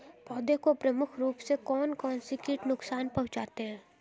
पौधों को प्रमुख रूप से कौन कौन से कीट नुकसान पहुंचाते हैं?